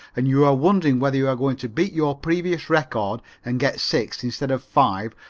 and you are wondering whether you are going to beat your previous record and get six instead of five,